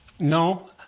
No